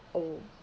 oh